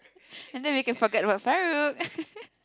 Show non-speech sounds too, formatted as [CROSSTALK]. and then we can forget about Farouk [LAUGHS]